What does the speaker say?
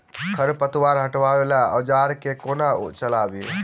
खरपतवार हटावय वला औजार केँ कोना चलाबी?